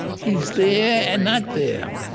he's there and not there.